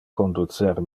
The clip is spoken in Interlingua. conducer